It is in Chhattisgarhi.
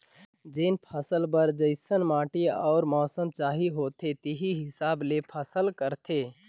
जेन फसल बर जइसन माटी अउ मउसम चाहिए होथे तेही हिसाब ले फसल करथे